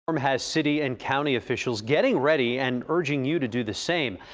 storm has city and county officials getting ready and urging you to do the same.